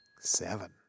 Seven